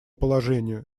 положению